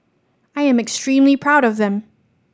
I am extremely proud of them